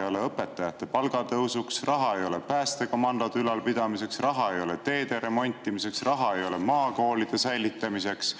ole õpetajate palga tõusuks, raha ei ole päästekomandode ülalpidamiseks, raha ei ole teede remontimiseks, raha ei ole maakoolide säilitamiseks